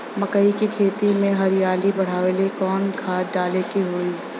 मकई के खेती में हरियाली बढ़ावेला कवन खाद डाले के होई?